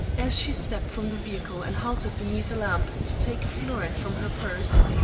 as she stepped from the vehicle and halted beneath a lamp to take a florin from her purse,